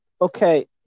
Okay